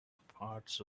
parts